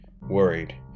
Worried